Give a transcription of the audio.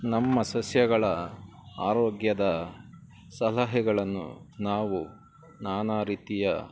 ನಮ್ಮ ಸಸ್ಯಗಳ ಆರೋಗ್ಯದ ಸಲಹೆಗಳನ್ನು ನಾವು ನಾನಾ ರೀತಿಯ